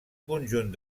conjunt